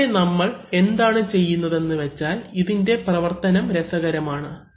ഇവിടെ നമ്മൾ എന്താണ് ചെയ്യുന്നത് എന്ന് വെച്ചാൽ ഇതിൻറെ പ്രവർത്തനം രസകരമാണ്